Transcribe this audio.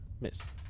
miss